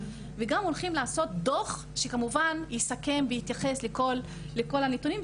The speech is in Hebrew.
וגם הולכים לעשות דוח שכמובן יסכם ויתייחס לכל הנתונים.